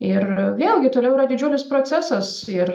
ir vėlgi toliau yra didžiulis procesas ir